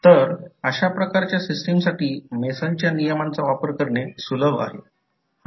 तर chain rule वापरून आपण v1 N 1 d ∅1 d i1 d i1 dt लिहू शकतो हे v1 L1 d i1 dt लिहू शकतो